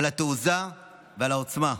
על התעוזה ועל העוצמה.